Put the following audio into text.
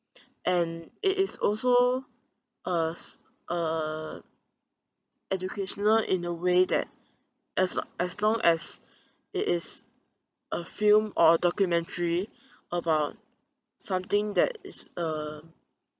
and it is also uh s~ uh educational in a way that as lo~ as long as it is a film or a documentary about something that is uh